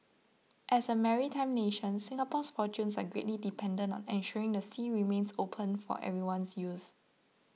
as a maritime nation Singapore's fortunes are greatly dependent on ensuring the sea remains open for everyone's use